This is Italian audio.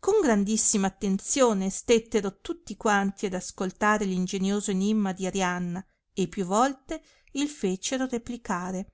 con grandissima attenzione stettero tutti quanti ad ascoltare f ingenioso enimma di arianna e più volte il fecero replicare